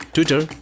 Twitter